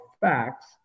facts